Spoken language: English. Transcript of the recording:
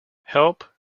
help